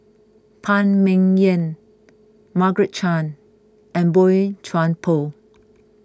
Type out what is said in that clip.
Phan Ming Yen Margaret Chan and Boey Chuan Poh